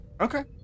Okay